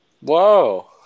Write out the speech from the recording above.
Whoa